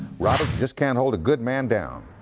robert, just can't hold a good man down.